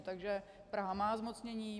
Takže Praha má zmocnění.